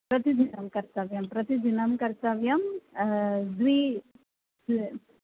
प्रतिदिनं कर्तव्यं प्रतिदिनं कर्तव्यं द्वि स्